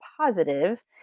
positive